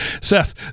Seth